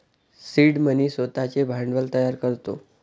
seed money स्वतःचे भांडवल तयार करतो